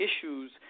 issues